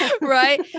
Right